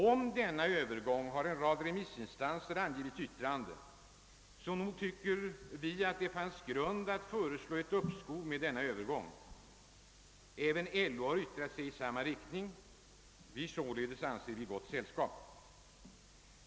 Om denna övergång har en rad remissinstanser avgivit yttrande, så nog tyckte vi att det fanns grund att föreslå ett uppskov med denna övergång. även LO har yttrat sig i samma riktning, och vi är således i gott sällskap.